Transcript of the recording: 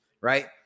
right